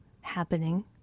happening